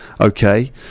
okay